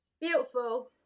beautiful